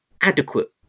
adequate